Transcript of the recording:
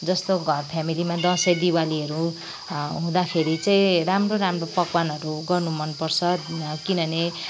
जस्तो घर फेमिलीमा दसैँ दिवालीहरू हुँदाखेरि चाहिँ राम्रो राम्रो पकवानहरू गर्नु मन पर्छ किनभने